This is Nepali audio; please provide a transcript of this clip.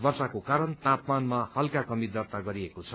वर्षाको कारण तापमानमा हल्का कमी दर्ता गरिएको छ